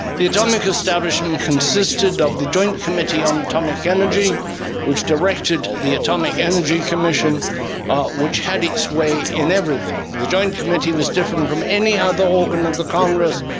the atomic establishment consisted of the joint committee on atomic energy which directed the atomic energy commission which had its way in everything. the joint committee was different from any other organ of the congress,